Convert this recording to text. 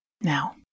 Now